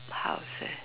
house set